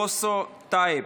אוריאל בוסו ויוסף טייב,